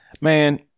Man